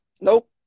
Nope